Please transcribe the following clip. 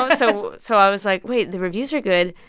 ah so so i was like, wait. the reviews are good.